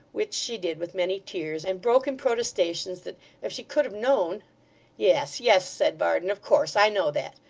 which she did with many tears, and broken protestations that if she could have known yes, yes said varden, of course i know that.